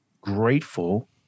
grateful